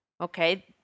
okay